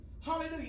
Hallelujah